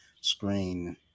screen